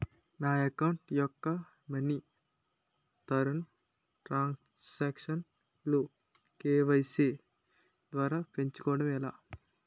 నా అకౌంట్ యెక్క మనీ తరణ్ సాంక్షన్ లు కే.వై.సీ ద్వారా పెంచుకోవడం ఎలా?